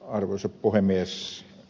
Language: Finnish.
arvoisa puhemies